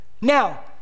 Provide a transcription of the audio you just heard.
Now